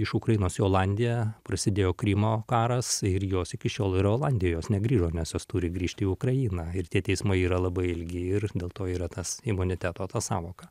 iš ukrainos į olandiją prasidėjo krymo karas ir jos iki šiol yra olandijoj jos negrįžo nes jos turi grįžt į ukrainą ir tie teismai yra labai ilgi ir dėl to yra tas imuniteto ta sąvoka